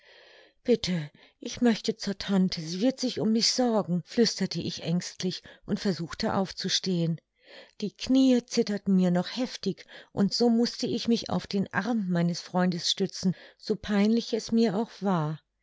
bitte ich möchte zur tante sie wird sich um mich sorgen flüsterte ich ängstlich und versuchte aufzustehen die knie zitterten mir noch heftig und so mußte ich mich auf den arm meines freundes stützen so peinlich es mir auch war